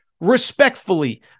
respectfully